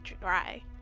dry